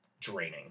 draining